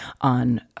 on